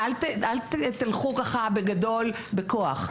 אל תלכו בגדול בכוח.